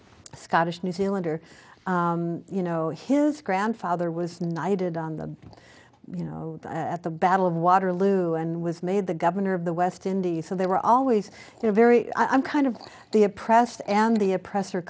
scottish new zealander you know his grandfather was knighted on the you know at the battle of waterloo and was made the governor of the west indies so they were always very i'm kind of the oppressed and the oppressor